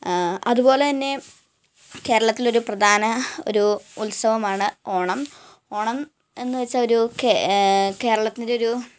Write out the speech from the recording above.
അതുപോലെ തന്നെ കേരളത്തിലൊരു പ്രധാന ഒരു ഉത്സവമാണ് ഓണം ഓണം എന്നു വെച്ചാൽ ഒരു കേ കേരളത്തിന്റെ ഒരു